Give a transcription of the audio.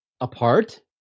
apart